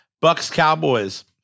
Bucks-Cowboys